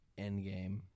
Endgame